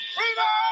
Freedom